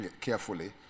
carefully